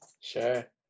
Sure